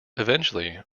eventually